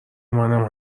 منم